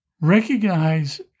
recognize